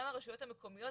גם הרשויות המקומיות,